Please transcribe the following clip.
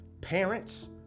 parents